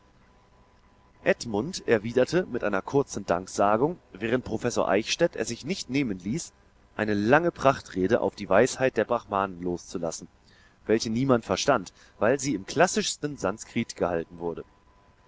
edmund erwiderte mit einer kurzen danksagung während professor eichstädt es sich nicht nehmen ließ eine lange prachtrede auf die weisheit der brahmanen loszulassen welche niemand verstand weil sie im klassischsten sanskrit gehalten wurde